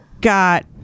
got